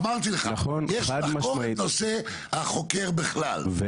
אמרתי לך, יש לחקור את נושא החוקר בכלל.